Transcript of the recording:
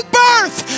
birth